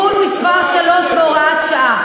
(תיקון מס' 3 והוראת שעה).